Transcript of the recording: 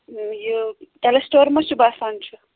یہِ کٮ۪لسٹور منٛز چھُ باسان چھُ